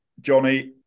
Johnny